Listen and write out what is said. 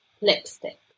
lipstick